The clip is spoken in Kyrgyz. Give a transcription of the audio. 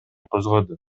козгоду